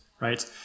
right